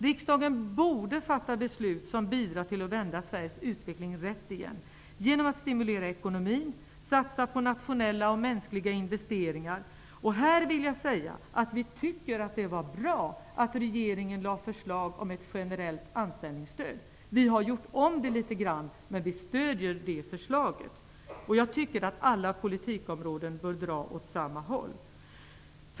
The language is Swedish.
Riksdagen borde fatta beslut som bidrar till att vända Sveriges utveckling rätt igen genom att stimulera ekonomin och satsa på nationella och mänskliga investeringar. Här vill jag säga att vi tycker att det var bra att regeringen lade fram förslag om ett generellt anställningsstöd. Vi har gjort om det litet grand, men vi stöder det förslaget. Jag tycker att alla politikområden bör dra åt samma håll.